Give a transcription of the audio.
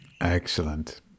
Excellent